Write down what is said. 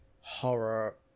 horror